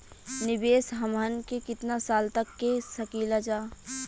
निवेश हमहन के कितना साल तक के सकीलाजा?